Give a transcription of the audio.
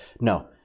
No